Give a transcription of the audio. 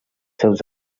seus